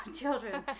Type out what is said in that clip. children